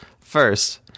First